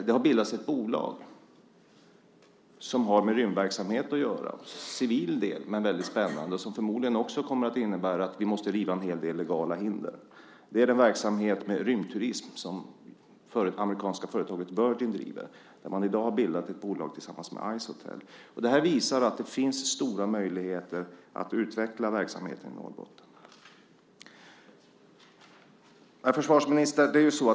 Det har bildats ett bolag som har med rymdverksamhet att göra. Det är en civil del som är spännande och som förmodligen kommer att innebära att vi river en hel del legala hinder. Det är verksamheten med rymdturism som det amerikanska företaget Virgin driver. Man har i dag bildat ett bolag tillsammans med Ice Hotel. Detta visar att det finns stora möjligheter att utveckla verksamheten i Norrbotten. Herr försvarsminister!